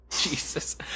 Jesus